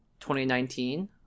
2019